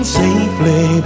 safely